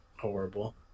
horrible